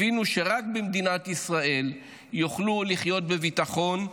הבינו שרק במדינת ישראל יוכלו לחיות בביטחון.